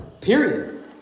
period